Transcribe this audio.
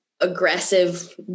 Aggressive